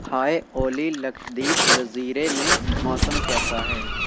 ہائے اولی لکشدیپ جزیرے میں موسم کیسا ہے